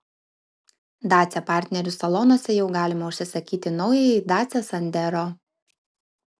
dacia partnerių salonuose jau galima užsisakyti naująjį dacia sandero